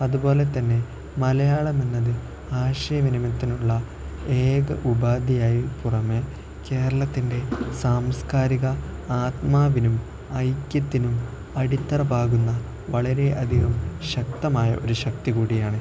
അതുപോലെ തന്നെ മലയാളം എന്നത് ആശയവിനിമയത്തിനുള്ള ഏക ഉപാധിയെന്നതിന് പുറമേ കേരളത്തിൻ്റെ സാംസ്കാരിക ആത്മാവിനും ഐക്യത്തിനും അടിത്തറ പാകുന്ന വളരെയധികം ശക്തമായ ഒരു ശക്തി കൂടിയാണ്